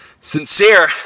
sincere